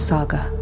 Saga